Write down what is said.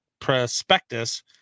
prospectus